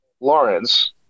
Lawrence